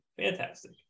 Fantastic